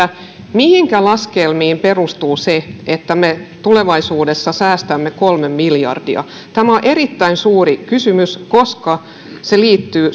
mihinkä laskelmiin perustuu se että me tulevaisuudessa säästämme kolme miljardia tämä on erittäin suuri kysymys koska se liittyy